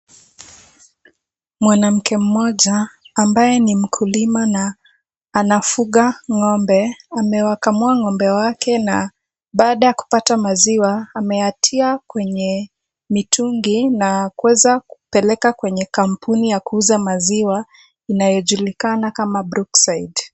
Mwanamke mmoja ambaye ni mkulima na anafuka ng'ombe anawakamua ng'ombe wake na baada ya kupata maziwa ameyatia kwenye mitungi na kuweza kupeleka kwenye kampuni ya kuusa maziwa inayojulikana kama bruke side